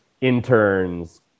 interns